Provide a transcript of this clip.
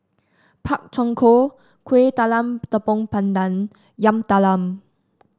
Pak Thong Ko Kueh Talam Tepong Pandan Yam Talam